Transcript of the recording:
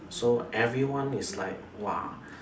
so everyone is like !wah!